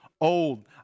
old